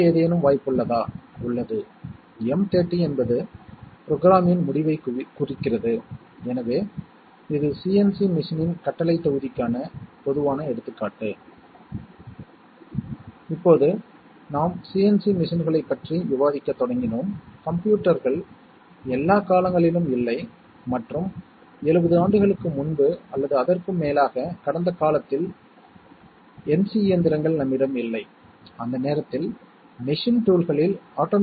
carry என்பது A AND B ஆல் குறிக்கப்படுகிறது எனவே நான் ஒரு குறிப்பிட்ட சர்க்யூட்டை உருவாக்கினால் நான் சம் ஐப் பெறுவதற்கு A XOR B ஐயும் கேரி ஐப் பெற A AND B ஐயும் பயன்படுத்தினால் எனது வேலை முடிந்தது அதைப் பார்ப்போம்